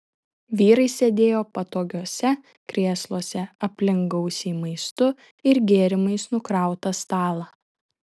vyrai sėdėjo patogiuose krėsluose aplink gausiai maistu ir gėrimais nukrautą stalą